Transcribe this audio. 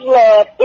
love